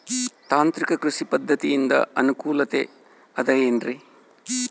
ತಾಂತ್ರಿಕ ಕೃಷಿ ಪದ್ಧತಿಯಿಂದ ಅನುಕೂಲತೆ ಅದ ಏನ್ರಿ?